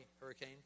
Hurricane